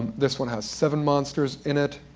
this one has seven monsters in it.